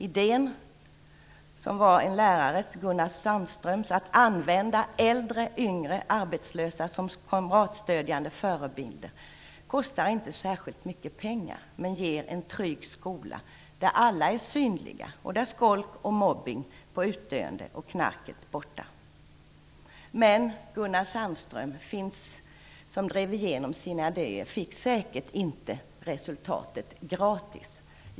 Idén - som var en lärares, Gunnar Sandströms - att använda äldre, yngre arbetslösa som kamratstödjande förebilder kostar inte särskilt mycket pengar men ger en trygg skola där alla är synliga och där skolk och mobbning är på utdöende och knarket borta. Men Gunnar Sandström, som drev igenom sina idéer, fick säkert inte resultatet gratis.